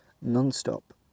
non-stop